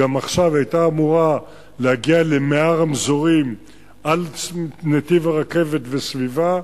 עכשיו היא היתה אמורה להגיע ל-100 רמזורים על נתיב הרכבת והסביבה,